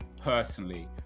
personally